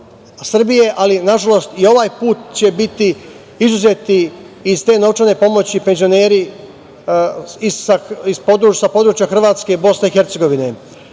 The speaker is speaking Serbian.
ali nažalost i ovaj put će biti izuzeti iz te novčane pomoći penzioneri sa područja Hrvatske i BiH.Smatram